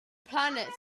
planet